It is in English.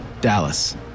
Dallas